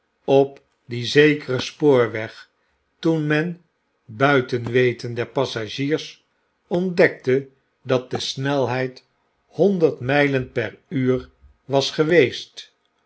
op dien zekeren spoorweg toen men buiten weten der passagiers ontdekte dat de snelheid honderd mijlen per uur was geweest